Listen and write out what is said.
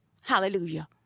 Hallelujah